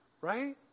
Right